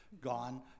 gone